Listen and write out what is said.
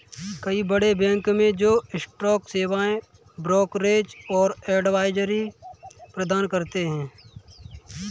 कई बड़े बैंक हैं जो स्टॉक सेवाएं, ब्रोकरेज और एडवाइजरी प्रदान करते हैं